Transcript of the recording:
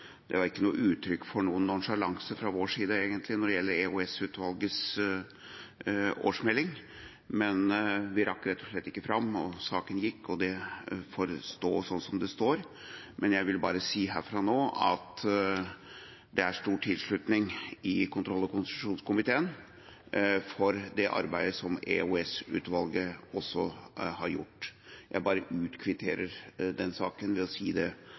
vår side når det gjelder EOS-utvalgets årsmelding, men vi rakk rett og slett ikke fram. Saken gikk, og det får stå slik det står. Jeg vil si herfra nå at det er stor tilslutning i kontroll- og konstitusjonskomiteen for det arbeidet som EOS-utvalget har gjort. Jeg kvitterer ut den saken ved å si dette fra mitt ståsted, og beklager vår manglende tilstedeværelse. Så er det